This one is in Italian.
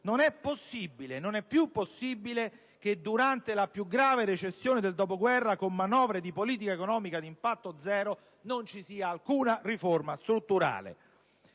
Non è possibile, non è più possibile che, durante la più grave recessione dal dopoguerra, con manovre di politica economica ad impatto zero, non ci sia alcuna riforma strutturale!